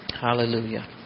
Hallelujah